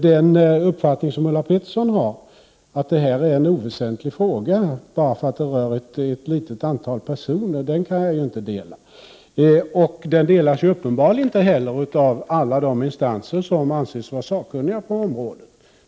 Den uppfattning som Ulla Pettersson har, att det här är en oväsentlig fråga bara för att den rör ett litet antal personer, kan jag då inte dela. Den delas uppenbarligen inte heller av alla de instanser som anses vara sakkunniga på området.